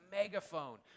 megaphone